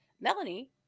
Melanie